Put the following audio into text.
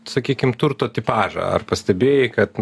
sakykim turto tipažą ar pastebėjai kad